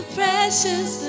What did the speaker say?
precious